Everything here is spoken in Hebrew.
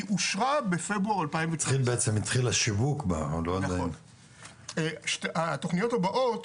היא אושרה בפברואר 2019. התוכניות הבאות